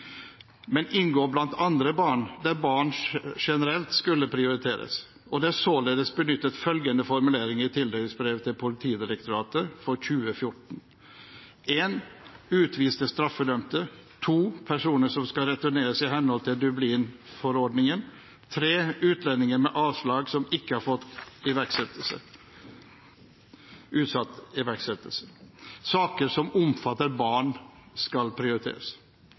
men inngå blant andre barn der barn generelt skulle prioriteres. Det er således benyttet følgende formulering i tildelingsbrevet til Politidirektoratet for 2014: « Utviste straffedømte. Personer som skal returneres i henhold til Dublin forordningen. Utlendinger med avslag som ikke har fått utsatt iverksettelse. Saker som omfatter barn skal prioriteres.»